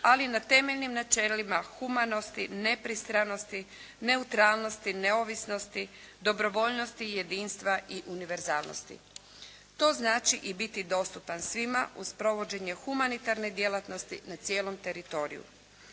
ali na temeljnim načelima humanosti, nepristranosti, neutralnosti, neovisnosti, dobrovoljnosti, jedinstva i univerzalnosti. To znači i biti dostupan svima uz provođenje humanitarne djelatnosti na cijelom teritoriju.